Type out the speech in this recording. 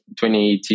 2018